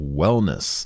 wellness